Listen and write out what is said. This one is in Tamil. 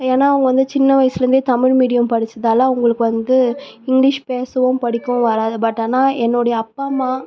ஏன்னா அவங்க வந்து சின்ன வயசில் இருந்தே தமிழ் மீடியம் படித்ததால அவங்களுக்கு வந்து இங்க்லீஷ் பேசவும் படிக்கவும் வராது பட் ஆனால் என்னுடைய அப்பா அம்மா